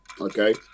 Okay